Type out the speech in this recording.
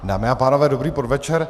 Dámy a pánové, dobrý podvečer.